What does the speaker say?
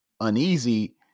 uneasy